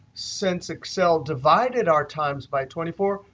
since excel divided our times by twenty four,